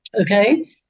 Okay